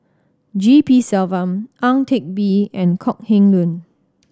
G P Selvam Ang Teck Bee and Kok Heng Leun